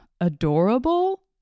adorable